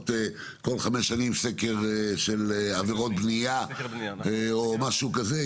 כל חמש שנים סקר של עבירות בנייה או משהו כזה.